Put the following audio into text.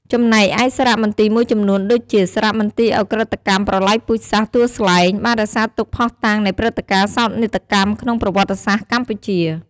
ចំណែកឯសារមន្ទីរមួយចំនួនដូចជា សារមន្ទីរឧក្រិដ្ឋកម្មប្រល័យពូជសាសន៍ទួលស្លែង បានរក្សាទុកភស្តុតាងនៃព្រឹត្តិការណ៍សោកនាដកម្មក្នុងប្រវត្តិសាស្ត្រកម្ពុជា។